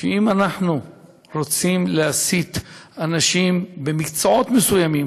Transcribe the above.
שאם אנחנו רוצים להסיט אנשים למקצועות מסוימים,